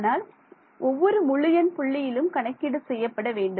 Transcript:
ஆனால் ஒவ்வொரு முழு எண் புள்ளியிலும் கணக்கீடு செய்யப்பட வேண்டும்